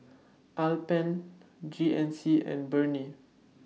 Alpen G N C and Burnie